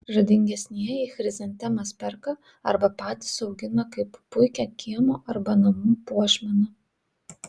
išradingesnieji chrizantemas perka arba patys augina kaip puikią kiemo arba namų puošmeną